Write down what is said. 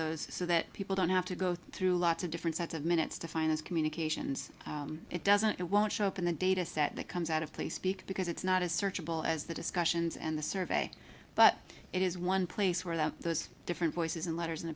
those so that people don't have to go through lots of different sets of minutes to find those communications it doesn't it won't show up in the data set that comes out of play speak because it's not a searchable as the discussions and the survey but it is one place where there are those different voices and letters and